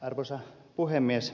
arvoisa puhemies